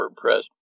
press